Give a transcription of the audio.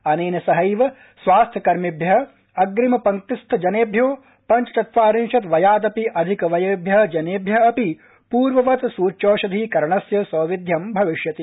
अनेन सहैव स्वास्थ्यकर्मिभ्य अप्रिम पंक्तिस्थ जनेभ्यो पञ्चचत्वारिशद् वयादपि अधिकवयेभ्यो जनेभ्यो अपि पूर्ववत् सृच्यौषधीकरणस्य सौविध्यं भविष्यति